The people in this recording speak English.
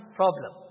problem